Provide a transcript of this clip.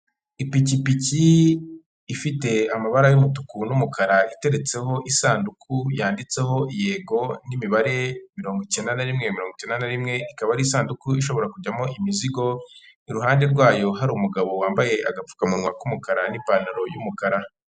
Ipikipiki ifite amabara y'umutuku n'umukara iteretseho isanduku yanditseho yego n'imibare mirongo icyenda na rimwe mirongo icyenda na rimwe, ikaba ari isanduku ishobora kujyamo imizigo, iruhande rwayo hari umugabo wambaye agapfukamunwa k'umukara n'ipantaro y'umukara.